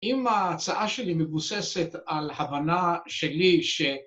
אם ההצעה שלי מבוססת ‫על הבנה שלי ש...